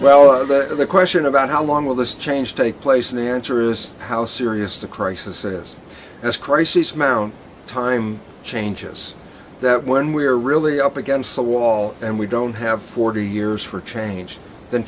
but the question about how long will this change take place and the answer is how serious the crisis is this crisis mount time changes that when we're really up against a wall and we don't have forty years for change then